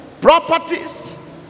properties